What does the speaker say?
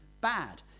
bad